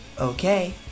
Okay